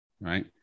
right